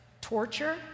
torture